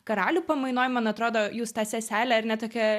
karalių pamainoj man atrodo jūs tą seselę ar ne tokią